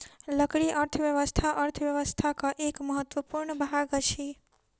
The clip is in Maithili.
लकड़ी अर्थव्यवस्था अर्थव्यवस्थाक एक महत्वपूर्ण भाग अछि